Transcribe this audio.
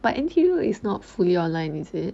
but N_T_U is not fully online is it